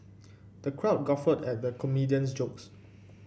the crowd guffawed at the comedian's jokes